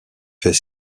fait